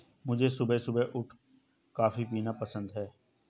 मुझे सुबह सुबह उठ कॉफ़ी पीना पसंद हैं